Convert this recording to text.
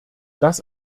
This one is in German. das